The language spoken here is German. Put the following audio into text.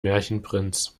märchenprinz